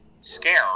scare